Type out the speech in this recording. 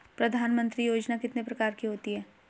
प्रधानमंत्री योजना कितने प्रकार की होती है?